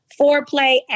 foreplay